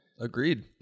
Agreed